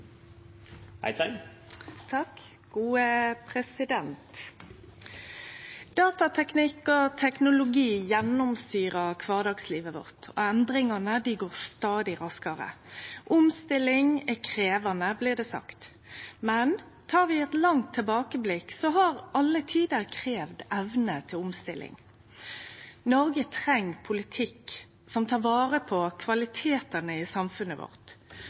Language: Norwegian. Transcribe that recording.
Datateknikk og teknologi gjennomsyrar kvardagslivet vårt, og endringane går stadig raskare. Omstilling er krevjande, blir det sagt, men tek vi eit langt tilbakeblikk, har alle tider kravd evne til omstilling. Noreg treng politikk som tek vare på kvalitetane i samfunnet vårt,